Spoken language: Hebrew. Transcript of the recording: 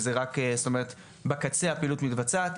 זאת אומרת בקצה הפעילות מתבצעת,